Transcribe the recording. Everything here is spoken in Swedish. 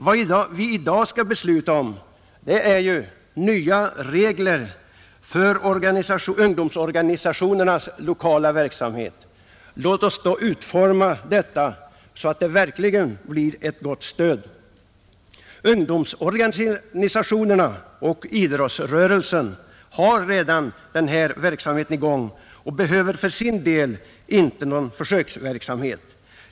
Vad vi i dag skall besluta om är nya regler för det statliga stödet till ungdomsorganisationernas lokala verksamhet. Låt oss då utforma detta så att det verkligen blir ett gott stöd! Ungdomsorganisationerna och idrottsrörelsen har redan den här verksamheten i gång och behöver för sin del inte någon försöksverksamhet.